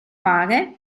fare